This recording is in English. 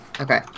Okay